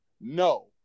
no